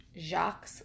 Jacques